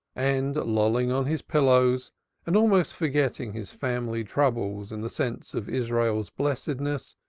and, lolling on his pillows and almost forgetting his family troubles in the sense of israel's blessedness,